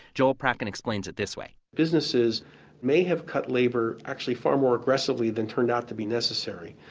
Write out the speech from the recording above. joel prakken explains it this way. businesses may have cut labor actually far more aggressively than turned out to be necessary.